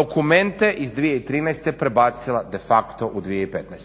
dokumente iz 2013.prebacila de facto u 2015.